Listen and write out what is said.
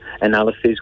analysis